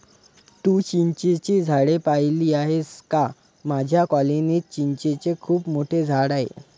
तू चिंचेची झाडे पाहिली आहेस का माझ्या कॉलनीत चिंचेचे खूप मोठे झाड आहे